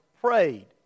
prayed